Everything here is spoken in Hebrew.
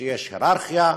שיש הייררכיה,